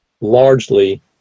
largely